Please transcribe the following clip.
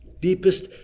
Deepest